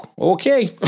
Okay